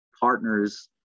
partners